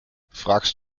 fragst